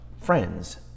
friends